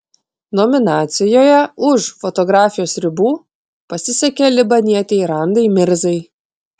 nominacijoje už fotografijos ribų pasisekė libanietei randai mirzai